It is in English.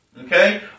Okay